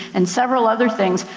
and several other things,